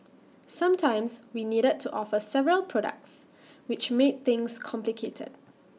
sometimes we needed to offer several products which made things complicated